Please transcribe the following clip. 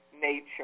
nature